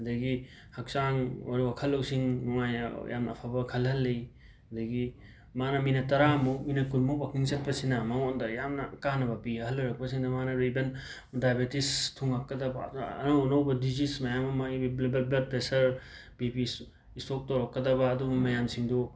ꯑꯗꯒꯤ ꯍꯛꯆꯥꯡ ꯋꯥꯈꯜ ꯂꯧꯁꯤꯡ ꯅꯨꯉꯥꯏꯅ ꯌꯥꯝ ꯑꯐꯕ ꯈꯟꯍꯜꯂꯤ ꯑꯗꯒꯤ ꯃꯥꯅ ꯃꯤꯅꯠ ꯇꯔꯥꯃꯨꯛ ꯃꯤꯅꯠ ꯀꯨꯟꯃꯨꯛ ꯋꯥꯀꯤꯡ ꯆꯠꯄꯁꯤꯅ ꯃꯉꯣꯟꯗ ꯌꯥꯝꯅ ꯀꯥꯟꯅꯕ ꯄꯤ ꯑꯍꯜ ꯑꯣꯏꯔꯛꯄꯁꯤꯡꯗ ꯃꯥꯟꯅ ꯔꯤꯕꯟ ꯗꯥꯏꯕꯤꯇꯤꯁ ꯊꯨꯡꯉꯛꯀꯗꯕ ꯑꯧꯔꯅ ꯑꯅ ꯑꯅꯧꯕ ꯗꯤꯖꯤꯁ ꯃꯌꯥꯝ ꯑꯃ ꯕꯤ ꯕ꯭ꯂ ꯕ꯭ꯂ ꯕ꯭ꯂꯠ ꯄꯦꯁꯔ ꯕꯤ ꯄꯤꯁꯨ ꯏꯁꯇꯣꯛ ꯇꯧꯔꯛꯀꯗꯕ ꯑꯗꯨꯒꯨꯝ ꯃꯌꯥꯝꯁꯤꯡꯗꯨ